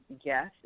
yes